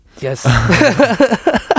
yes